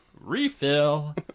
Refill